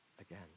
again